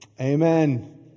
Amen